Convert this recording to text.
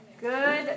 good